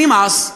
נמאס.